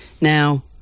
Now